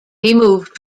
moved